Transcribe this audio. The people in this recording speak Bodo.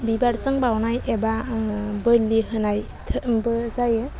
बिबारजों बावनाय एबा बोलि होनायबो जायो